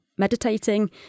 meditating